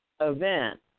event